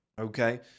Okay